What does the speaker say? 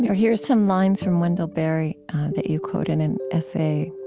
here's some lines from wendell berry that you quote in an essay